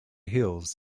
hills